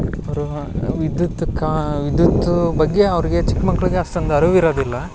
ಅವರು ವಿದ್ಯುತ್ ಕಾ ವಿದ್ಯುತ್ ಬಗ್ಗೆ ಅವ್ರಿಗೆ ಚಿಕ್ಕ ಮಕ್ಳಿಗೆ ಅಷ್ಟೊಂದು ಅರಿವಿರೋದಿಲ್ಲ